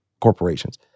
corporations